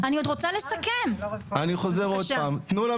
אני יודע שזה מאוד מכעיס לשמוע את דעתנו,